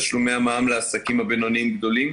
תשלומי המע"מ לעסקים הבינוניים-גדולים,